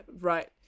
right